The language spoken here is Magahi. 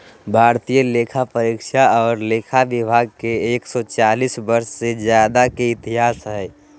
भारतीय लेखापरीक्षा और लेखा विभाग के एक सौ चालीस वर्ष से ज्यादा के इतिहास हइ